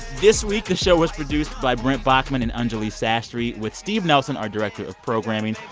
this week, the show was produced by brent baughman and anjuli sastry with steve nelson, our director of programming.